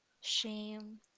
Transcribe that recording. shame